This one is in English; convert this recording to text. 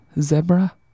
Zebra